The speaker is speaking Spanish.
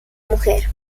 mujer